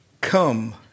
come